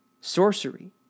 sorcery